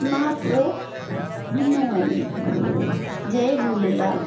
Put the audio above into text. महत्व ॾिनो वञे जय झूलेलाल